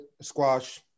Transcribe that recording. squash